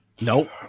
Nope